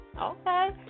okay